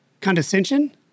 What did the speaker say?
Condescension